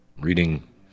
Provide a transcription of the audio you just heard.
Reading